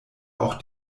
auch